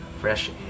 fresh